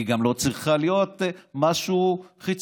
היא גם לא צריכה להיות משהו חיצוני,